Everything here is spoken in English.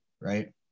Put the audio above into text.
right